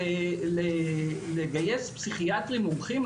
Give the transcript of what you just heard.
לגייס פסיכיאטרים מומחים,